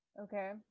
Okay